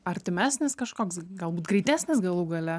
artimesnis kažkoks galbūt greitesnis galų gale